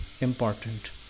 important